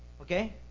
Okay